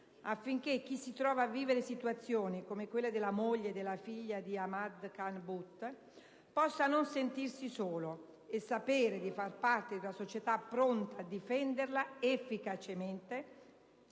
affinché chi si trova a vivere situazioni come quella della moglie e della figlia di Ahmad Khan Butt possa non sentirsi solo e sapere di far parte di una società pronta a difenderla efficacemente